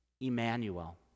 Emmanuel